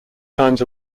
times